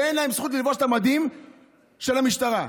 אין להם זכות ללבוש את המדים של המשטרה,